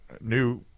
new